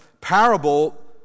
parable